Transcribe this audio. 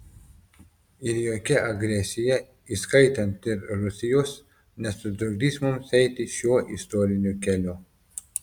ir jokia agresija įskaitant ir rusijos nesutrukdys mums eiti šiuo istoriniu keliu